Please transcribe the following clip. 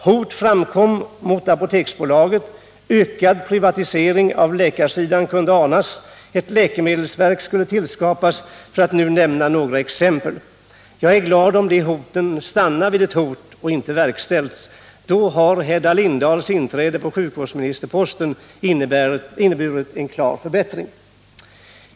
Hot framkom mot A poteksbolaget, ökad privatisering av läkarsidan kunde anas, ett läkemedelsverk skulle tillskapas för att nu nämna några exempel. Jag är glad om de hoten stannar vid hot och inte verkställs. Då har Hedda Lindahls inträde på sjukvårdsministerposten inneburit en klar förbättring.